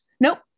Nope